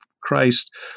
Christ